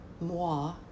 moi